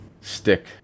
stick